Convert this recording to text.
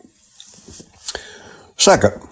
Second